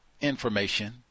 information